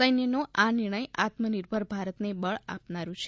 સૈન્યનો આ નિર્ણય આત્મનિર્ભર ભારતને બળ આપનારૂ છે